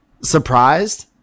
surprised